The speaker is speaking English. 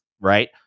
right